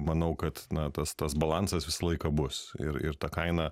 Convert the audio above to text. manau kad na tas tas balansas visą laiką bus ir ir ta kaina